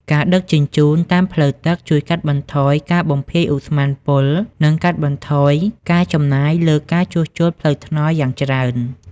ការដឹកជញ្ជូនតាមផ្លូវទឹកជួយកាត់បន្ថយការបំភាយឧស្ម័នពុល និងកាត់បន្ថយការចំណាយលើការជួសជុលផ្លូវថ្នល់យ៉ាងច្រើន។